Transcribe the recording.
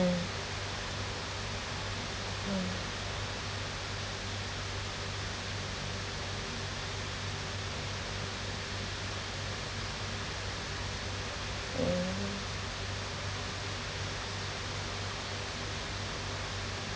mm mm